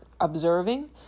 observing